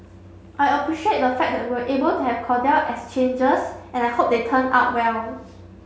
I appreciate the fact that we are able to have cordial exchanges and I hope they turn out well